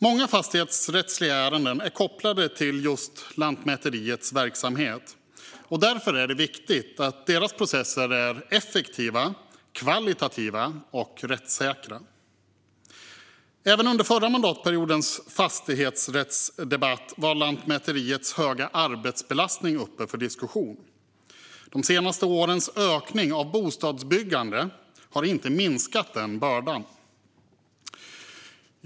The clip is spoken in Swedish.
Många fastighetsrättsliga ärenden är kopplade till just Lantmäteriets verksamhet, och därför är det viktigt att deras processer är effektiva, kvalitativa och rättssäkra. Även under förra mandatperiodens fastighetsrättsdebatt var Lantmäteriets höga arbetsbelastning uppe för diskussion. De senaste årens ökning av bostadsbyggandet har inte minskat den bördan.